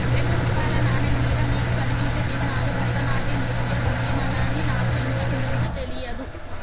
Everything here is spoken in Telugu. రెండు రూపాయల నాణెం మీద మీకు కనిపించే చిహ్నాలు భరతనాట్యం నృత్య భంగిమలని నాకు ఇంతకు ముందు తెలియదు